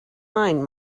mind